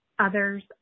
Others